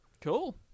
Cool